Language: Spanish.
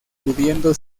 pudiendo